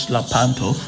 Lapanto